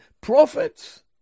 prophets